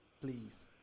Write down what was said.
Please